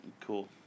Cool